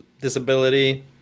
disability